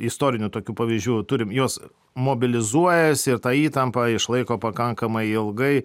istorinių tokių pavyzdžių turim jos mobilizuojasi ir tą įtampą išlaiko pakankamai ilgai